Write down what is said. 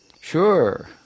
Sure